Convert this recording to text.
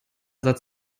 satz